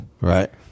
Right